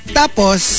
tapos